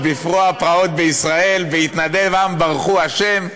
בפרע פרעות בישראל בהתנדב עם ברכו ה'".